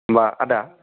मा आदा